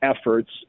efforts